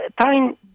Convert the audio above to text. time